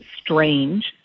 strange